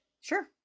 sure